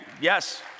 Yes